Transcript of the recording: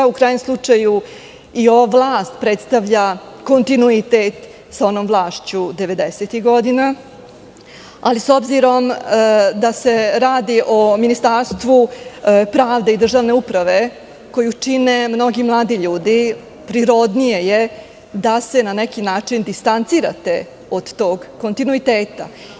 U krajnjem slučaju i ova vlast predstavlja kontinuitet sa onom vlašću devedesetih godina, ali s obzirom da se radi o Ministarstvu pravde i državne uprave, koju čine mnogi mladi ljudi, prirodnije je da se na neki način distancirate od tog kontinuiteta.